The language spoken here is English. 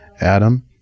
Adam